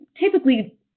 typically